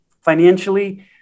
financially